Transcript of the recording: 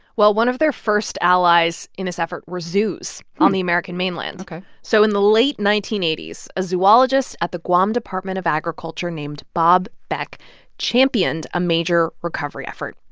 well, one of their first allies in this effort were zoos on the american mainland ok so in the late nineteen eighty s, a zoologist at the guam department of agriculture named bob beck championed a major recovery effort.